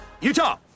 Utah